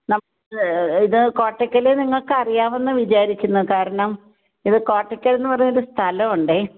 നമ്മൾ ഇത് കോട്ടക്കൽ നിങ്ങൾക്ക് അറിയാമെന്നു വിചാരിക്കുന്നു കാരണം ഇത് കോട്ടക്കൽ എന്ന് പറഞ് സ്ഥലം ഉണ്ടെ